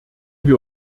wir